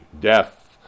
death